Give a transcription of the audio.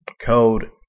code